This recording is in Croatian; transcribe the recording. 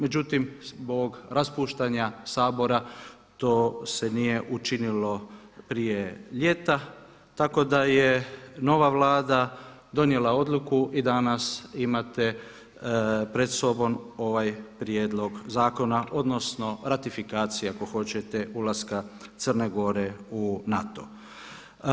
Međutim, zbog raspuštanja Sabora to se nije učinilo prije ljeta, tako da je nova Vlada donijela odluku i danas imate pred sobom ovaj prijedlog zakona odnosno ratifikacija ako hoćete ulaska Crne Gore u NATO.